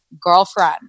girlfriend